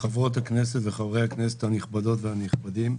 חברות הכנסת וחברי הכנסת הנכבדות והנכבדים,